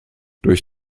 durch